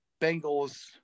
Bengals